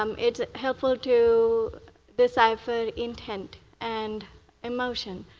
um it's helpful to decipher intent and emotion.